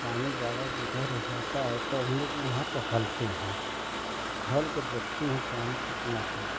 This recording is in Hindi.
पानी ज़्यादा जिधर होता है तब हम लोग वहाँ पर हलते हैं हल कर देखते हैं पानी कितना है